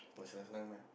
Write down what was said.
oh senang-senang punya ah